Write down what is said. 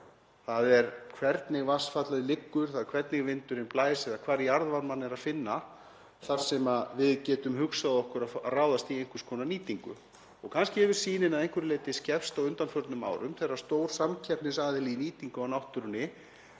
það hvernig vatnsfallið liggur, hvernig vindurinn blæs eða hvar jarðvarmann er að finna ræður því hvar við getum hugsað okkur að ráðast í einhvers konar nýtingu. Kannski hefur yfirsýnin að einhverju leyti skerpst á undanförnum árum þegar stór samkeppnisaðili í nýtingu á ósnortinni